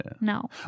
no